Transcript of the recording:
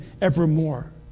evermore